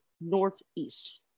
Northeast